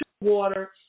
water